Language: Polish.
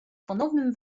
ponownym